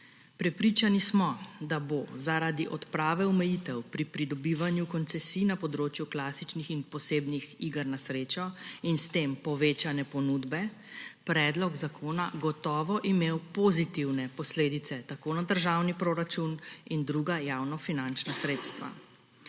Prepričani smo, da bo zaradi odprave omejitev pri pridobivanju koncesij na področju klasičnih in posebnih iger na srečo in s tem povečane ponudbe predlog zakona imel pozitivne posledice tako za državni proračun kot za druga javnofinančna sredstva.